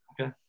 okay